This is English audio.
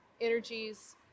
energies